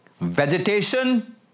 vegetation